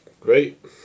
Great